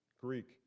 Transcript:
Greek